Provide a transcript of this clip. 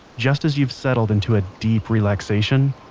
just as you've settled into a deep relaxation,